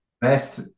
Best